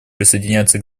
присоединяется